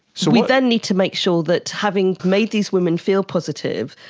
so we then need to make sure that having made these women feel positive,